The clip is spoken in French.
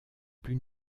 plus